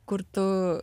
kur tu